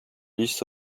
list